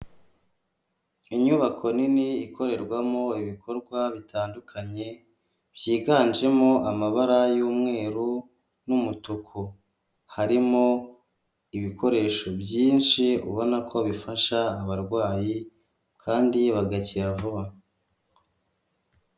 Inyubako nini ikorerwamo ibikorwa bitandukanye byiganjemo amabara y'umweru n'umutuku, harimo ibikoresho byinshi ubona ko bifasha abarwayi kandi bagakira vuba.